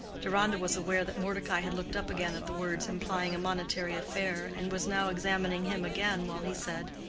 deronda was aware that mordecai had looked up again at the words implying a monetary affair, and was now examining him again, while he said,